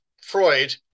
Freud